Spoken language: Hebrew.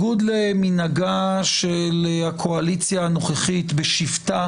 ובניגוד למנהגה של הקואליציה הנוכחית בשיבתה